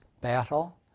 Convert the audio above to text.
battle